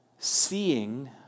seeing